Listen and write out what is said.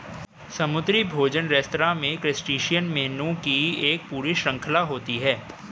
समुद्री भोजन रेस्तरां में क्रस्टेशियन मेनू की एक पूरी श्रृंखला होती है